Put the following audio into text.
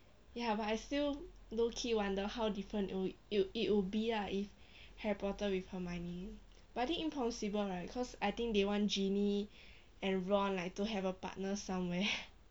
ya but I still lowkey wonder how different it would it would be lah if harry potter with hermione but I think impossible right cause I think they want ginny and ron like to have a partner somewhere